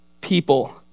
people